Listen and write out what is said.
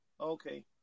Okay